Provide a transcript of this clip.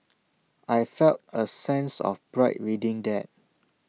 I felt A sense of pride reading that